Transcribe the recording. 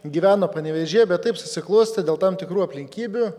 gyveno panevėžyje bet taip susiklostė dėl tam tikrų aplinkybių